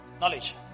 knowledge